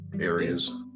areas